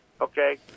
Okay